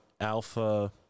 alpha